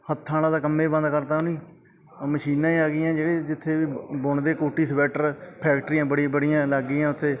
ਹੱਥਾਂ ਵਾਲਾ ਤਾਂ ਕੰਮ ਬੰਦ ਕਰਦਾ ਉਹਨਾਂ ਨੇ ਉਹ ਮਸ਼ੀਨਾਂ ਹੀ ਆ ਗਈਆਂ ਜਿਹੜੇ ਜਿੱਥੇ ਵੀ ਬੁਣਦੇ ਕੋਟੀ ਸਵੈਟਰ ਫੈਕਟਰੀਆਂ ਬੜੀ ਬੜੀਆਂ ਲੱਗ ਗਈਆਂ ਉੱਥੇ